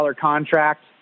contract